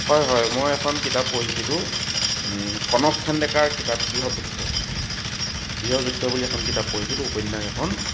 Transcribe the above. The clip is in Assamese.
হয় হয় মই এখন কিতাপ পঢ়িছিলোঁ কনকসেন ডেকাৰ কিতাপ গৃহযুদ্ধ গৃহযুদ্ধ বুলি এখন কিতাপ পঢ়িছিলোঁ উপন্যাস এখন